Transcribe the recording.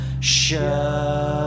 Show